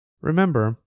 Remember